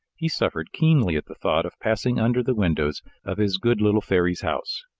he suffered keenly at the thought of passing under the windows of his good little fairy's house.